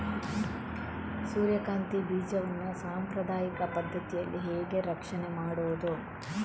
ಸೂರ್ಯಕಾಂತಿ ಬೀಜವನ್ನ ಸಾಂಪ್ರದಾಯಿಕ ಪದ್ಧತಿಯಲ್ಲಿ ಹೇಗೆ ರಕ್ಷಣೆ ಮಾಡುವುದು